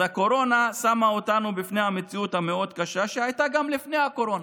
אז הקורונה שמה אותנו בפני המציאות המאוד-קשה שהייתה גם לפני הקורונה,